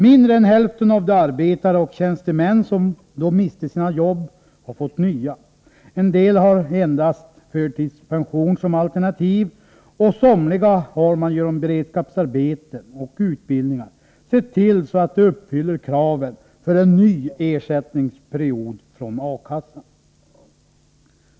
Mindre än hälften av de arbetare och tjänstemän som då miste sina jobb har fått nya. En del har endast förtidspension som alternativ och för somliga har man sett till att de genom beredskapsarbeten och utbildningar uppfyller kraven för en ny ersättningsperiod från A-kassan.